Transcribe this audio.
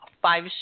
Five